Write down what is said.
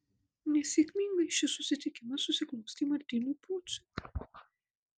nesėkmingai šis susitikimas susiklostė martynui pociui